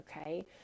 Okay